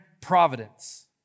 providence